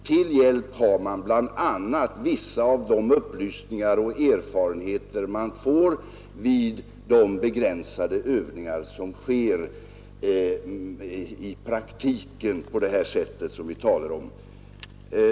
Till hjälp har man bl.a. vissa av de upplysningar och erfarenheter man får vid de begränsade övningar som sker i praktiken på det här sättet.